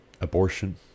abortion